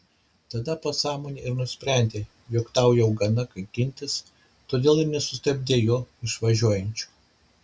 tada pasąmonė ir nusprendė jog tau jau gana kankintis todėl ir nesustabdei jo išvažiuojančio